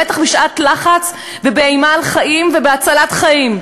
בטח בשעת לחץ ובאימה על חיים ובהצלת חיים.